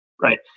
right